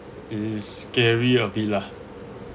it is scary a bit lah